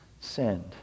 send